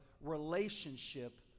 relationship